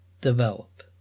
develop